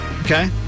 okay